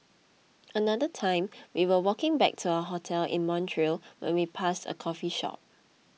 another time we were walking back to our hotel in Montreal when we passed a coffee shop